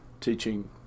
teaching